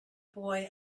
boy